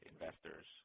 investors